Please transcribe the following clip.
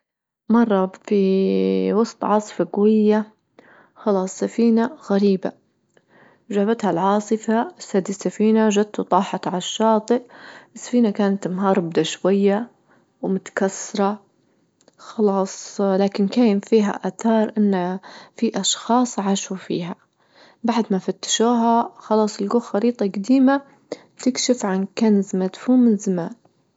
مرة في وسط عاصفة جوية خلاص سفينة غريبة جابتها العاصفة سد السفينة جت وطاحت على الشاطئ السفينة كانت مهربدة شوية ومتكسرة خلاص لكن كان فيها آثار أنه في أشخاص عاشوا فيها بعد ما فتشوها خلاص لجوا خريطة جديمة تكشف عن كنز مدفون من زمان.